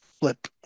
flip